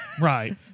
Right